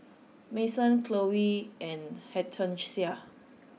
Mason Chloie and Hortencia